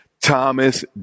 Thomas